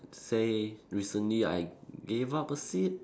say recently I gave up a seat